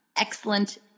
excellent